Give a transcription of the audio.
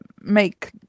make